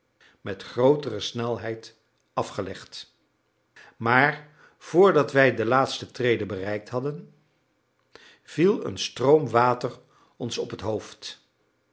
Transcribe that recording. met grootere snelheid afgelegd maar vr dat wij de laatste trede bereikt hadden viel een stroom water ons op het hoofd